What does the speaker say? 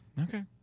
okay